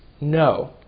no